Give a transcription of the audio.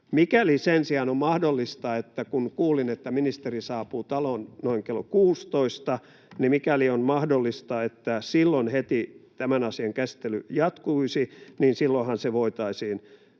Mikäli sen sijaan on mahdollista, kun kuulin, että ministeri saapuu taloon noin kello 16, että silloin heti tämän asian käsittely jatkuisi, niin silloinhan se keskustelu